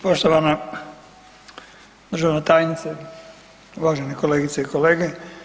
Poštovana državna tajnice, uvažene kolegice i kolege.